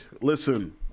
Listen